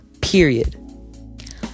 period